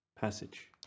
passage